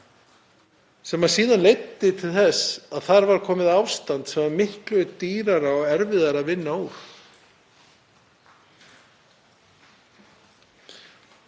sem síðan leiddi til þess að upp var komið um ástand sem var miklu dýrara og erfiðara að vinna úr.